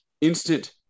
instant